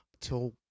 till